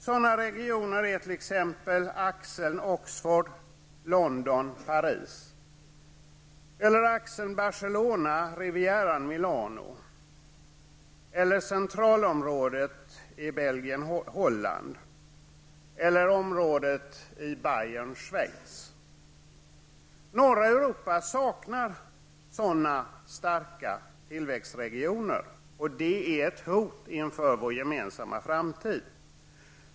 Sådana regioner är t.ex. axeln Oxford--London-- Norra Europa saknar sådana starka tillväxtregioner. Det är ett hot inför vår gemensamma framtid.